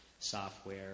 software